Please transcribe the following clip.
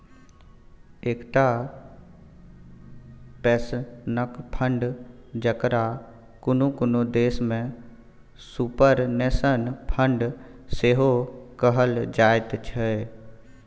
एकटा पेंशनक फंड, जकरा कुनु कुनु देश में सुपरनेशन फंड सेहो कहल जाइत छै